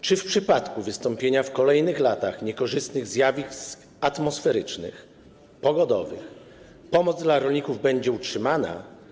Czy w przypadku wystąpienia w kolejnych latach niekorzystnych zjawisk atmosferycznych, pogodowych pomoc dla rolników będzie utrzymana?